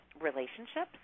relationships